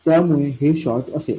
त्यामुळे हे शॉर्ट असेल